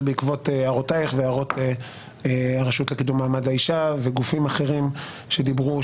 בעקבות הערותיך והערות הרשות לקידום מעמד האישה וגופים אחרים שדיברו,